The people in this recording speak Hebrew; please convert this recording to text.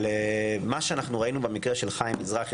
מה שאנחנו ראינו במקרה של חיים מזרחי,